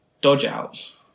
dodge-outs